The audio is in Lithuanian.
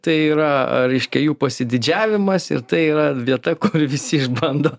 tai yra reiškia jų pasididžiavimas ir tai yra vieta kur visi išbando